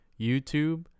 YouTube